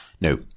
No